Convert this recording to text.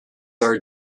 are